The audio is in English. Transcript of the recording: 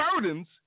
burdens